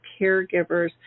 caregivers